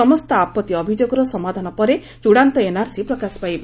ସମସ୍ତ ଆପତ୍ତି ଅଭିଯୋଗର ସମାଧାନ ପରେ ଚୂଡ଼ାନ୍ତ ଏନ୍ଆର୍ସି ପ୍ରକାଶ ପାଇବ